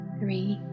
three